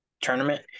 Tournament